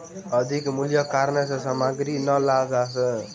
अधिक मूल्यक कारणेँ ओ सामग्री नै लअ सकला